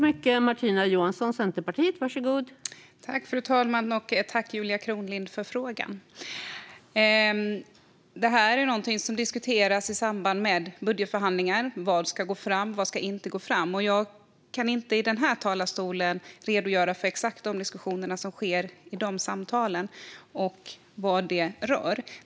Fru talman! Tack, Julia Kronlid, för frågan! Vad som ska gå fram eller inte är någonting som diskuteras i samband med budgetförhandlingar, och jag kan inte i den här talarstolen redogöra för exakt vad de diskussioner som sker i budgetförhandlingarna rör.